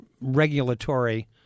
regulatory